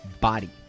body